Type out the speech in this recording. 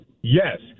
yes